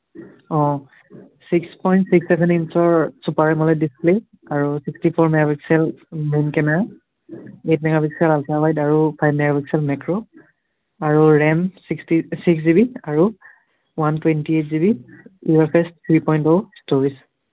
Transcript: অঁ six point six seven ইঞ্চৰ super AMOLED display আৰু sixty four megapixel main camera eight megapixel ultra wide আৰু five megapixel macro আৰু RAM sixty six GB আৰু one twenty eight GB U F S three point two storage